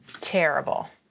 Terrible